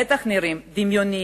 בטח נראים דמיוניים?